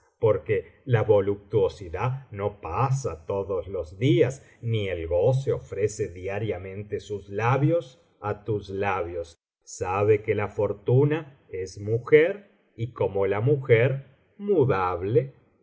porque la voluptuosidad no pasa todos los días ni el goce ofrece diariamente sus labios á tus labios sabe que la fortuna es mujer y como la mujer mudable